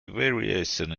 variation